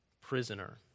prisoner